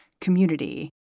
community